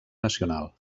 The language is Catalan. nacional